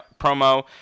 promo